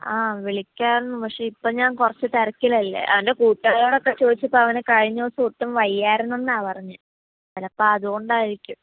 ആ വിളിക്കാമായിരുന്നു പക്ഷേ ഇപ്പം ഞാൻ കുറച്ച് തിരക്കിലല്ലേ അവന്റെ കൂട്ടുകാരോടൊക്കെ ചോദിച്ചപ്പം അവന് കഴിഞ്ഞ ദിവസം ഒട്ടും വയ്യായിരുന്നു എന്നാണ് പറഞ്ഞത് ചിലപ്പോൾ അതുകൊണ്ടായിരിക്കും